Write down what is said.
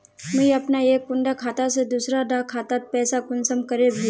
मुई अपना एक कुंडा खाता से दूसरा डा खातात पैसा कुंसम करे भेजुम?